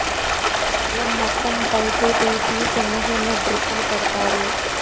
పొలం మొత్తం పైపు తీసి సిన్న సిన్న డ్రిప్పులు పెడతారు